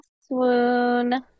Swoon